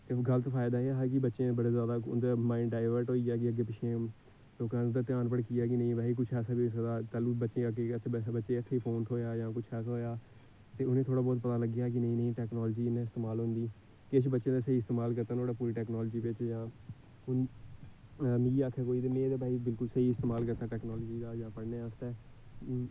गल्त फायदा ऐ हा कि बच्चें गी बड़ा ज्यादा उं'दा मांइड डाइवर्ट होई गेआ कि अग्गें पिच्छें कि उं'दा ध्यान भटकी गेआ कि नेईं भाई कुछ ऐसा बी होई सकदा कल गी बच्चें दे हत्थ च फोन थ्होएआ जां कुछ ऐसा होएआ ते उ'नेंगी थोह्ड़ा बहूत पता लग्गी गेआ कि फोन कियां इस्तमाल होंदी किश बच्चे ते स्हेई इस्तमाल करदे नुआढ़ी पूरी टेकनालिजी बिच्च जां में मीं गै आक्खै कोई ते में ते बिलकुल स्हेई इस्तमाल कीता टेकनाॅलिजी दा जां पढ़ने आस्तै हून